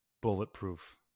bulletproof